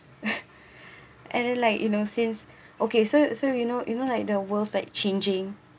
and then like you know since okay so so you know you know like the world's like changing